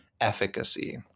efficacy